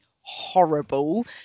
horrible